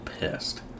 pissed